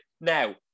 Now